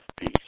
Peace